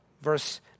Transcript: Verse